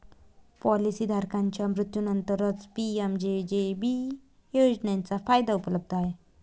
policy धारकाच्या मृत्यूनंतरच PMJJB योजनेचा फायदा उपलब्ध आहे